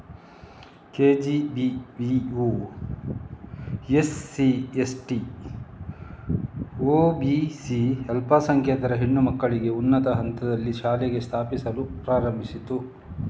ಕೆ.ಜಿ.ಬಿ.ವಿಯು SC, ST, OBC ಅಲ್ಪಸಂಖ್ಯಾತ ಹೆಣ್ಣು ಮಕ್ಕಳಿಗೆ ಉನ್ನತ ಹಂತದಲ್ಲಿ ಶಾಲೆ ಸ್ಥಾಪಿಸಲು ಪ್ರಾರಂಭಿಸಿತು